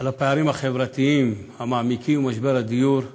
על הפערים החברתיים המעמיקים ומשבר הדיור המחריף.